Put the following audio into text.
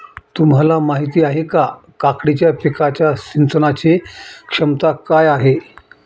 तुम्हाला माहिती आहे का, काकडीच्या पिकाच्या सिंचनाचे क्षमता काय आहे?